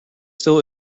still